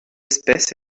espèce